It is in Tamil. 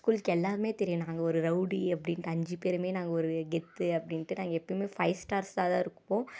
ஸ்கூலுக்கு எல்லாமே தெரியும் நாங்கள் ஒரு ரௌடி அப்படீன்டு அஞ்சுப் பேருமே நாங்கள் ஒரு கெத்து அப்படின்டு நாங்கள் எப்போமே ஃபைவ் ஸ்டார்ஸாக தான் இருப்போம்